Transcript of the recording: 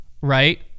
right